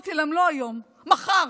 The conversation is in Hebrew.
אמרתי להם: לא היום, מחר.